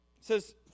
says